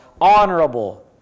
honorable